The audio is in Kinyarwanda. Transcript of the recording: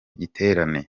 giterane